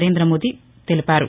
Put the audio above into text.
నరేం్రద మోదీ తెలిపారు